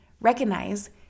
recognize